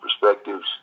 perspectives